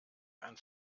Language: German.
ein